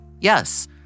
yes